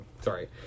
Sorry